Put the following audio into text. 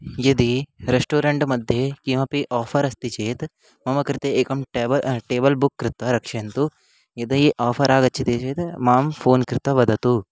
यदि रेस्टोरेण्ट् मध्ये किमपि आफ़र् अस्ति चेत् मम कृते एकं टेबल् टेबल् बुक् कृत्वा रक्ष्यन्तु यदि आफ़र् आगच्छति चेत् मां फ़ोन् कृत्वा वदतु